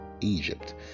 egypt